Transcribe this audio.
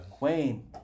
Wayne